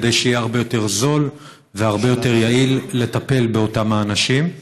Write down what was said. כדי שיהיה הרבה יותר זול והרבה יותר יעיל לטפל באותם האנשים.